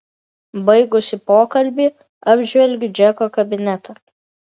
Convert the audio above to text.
baigusi pokalbį apžvelgiu džeko kabinetą